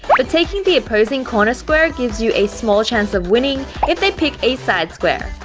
but taking the opposing corner square gives you a small chance of winning, if they take a side square!